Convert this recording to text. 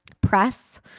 press